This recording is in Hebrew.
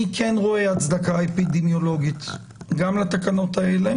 אני כן רואה הצדקה אפידמיולוגית גם לתקנות האלה